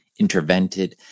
intervented